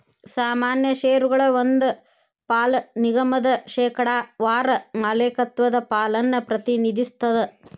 ಸಾಮಾನ್ಯ ಷೇರಗಳ ಒಂದ್ ಪಾಲ ನಿಗಮದ ಶೇಕಡಾವಾರ ಮಾಲೇಕತ್ವದ ಪಾಲನ್ನ ಪ್ರತಿನಿಧಿಸ್ತದ